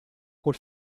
col